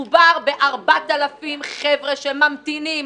מדובר ב-4,000 חבר'ה שממתינים.